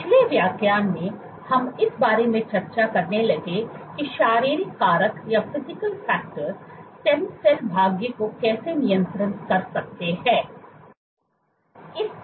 पिछले व्याख्यान में हम इस बारे में चर्चा करने लगे कि शारीरिक कारक स्टेम सेल भाग्य को कैसे नियंत्रित कर सकते हैं